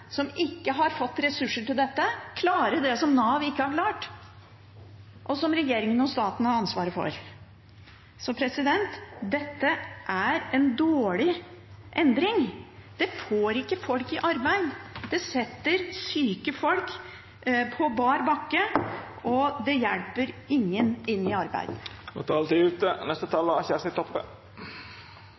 som ikke har fått ressurser til dette, klare det som Nav ikke har klart, og som regjeringen og staten har ansvaret for. Dette er en dårlig endring. Det får ikke folk i arbeid. Det setter syke folk på bar bakke, og det hjelper ingen inn i